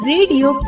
Radio